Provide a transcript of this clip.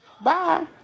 Bye